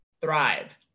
thrive